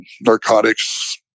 narcotics